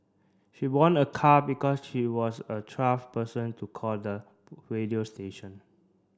she won a car because she was a person to call the radio station